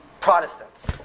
Protestants